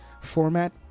format